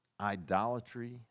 idolatry